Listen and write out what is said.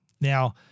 Now